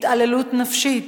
מהתעללות נפשית,